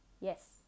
yes